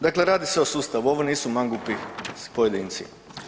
Dakle, radi se o sustavu, ovo nisu mangupi pojedinci.